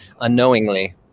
unknowingly